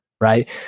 Right